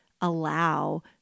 allow